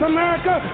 America